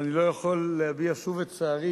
אבל אני לא יכול שלא להביע שוב את צערי